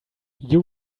you